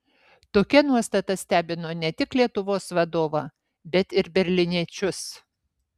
tokia nuostata stebino ne tik lietuvos vadovą bet ir berlyniečius